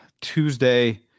Tuesday